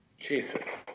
Jesus